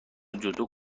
جودو